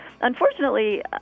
Unfortunately